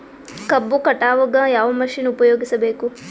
ಕಬ್ಬು ಕಟಾವಗ ಯಾವ ಮಷಿನ್ ಉಪಯೋಗಿಸಬೇಕು?